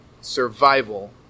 Survival